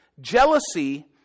jealousy